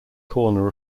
corner